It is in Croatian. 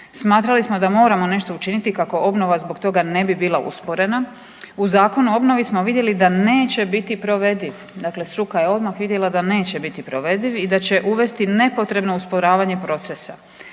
smatrali smo da moramo nešto učiniti kako obnova zbog toga ne bi bila usporena. U Zakonu o obnovi smo vidjeli da neće biti provediv, dakle struka je odmah vidjela da neće biti provediv i da će uvesti nepotrebno usporavanje procesa.